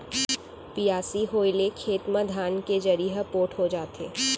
बियासी होए ले खेत म धान के जरी ह पोठ हो जाथे